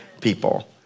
people